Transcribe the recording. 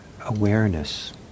awareness